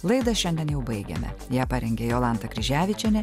laidą šiandien jau baigiame ją parengė jolanta kryževičienė